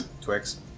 Twix